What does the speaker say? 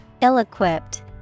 ill-equipped